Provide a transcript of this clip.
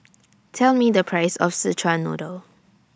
Tell Me The Price of Szechuan Noodle